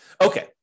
Okay